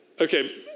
Okay